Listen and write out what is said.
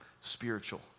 spiritual